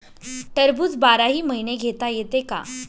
टरबूज बाराही महिने घेता येते का?